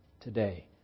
today